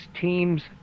teams